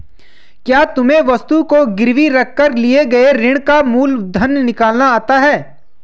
क्या तुम्हें वस्तु को गिरवी रख कर लिए गए ऋण का मूलधन निकालना आता है?